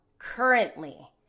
Currently